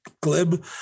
glib